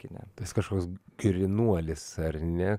kine tas kažkoks grynuolis ar ne